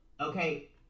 Okay